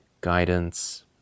Guidance